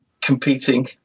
competing